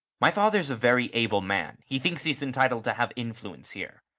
my father's a very able man he thinks he's entitled to have influence here.